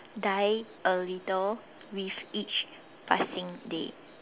die a little with each passing day